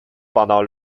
pendant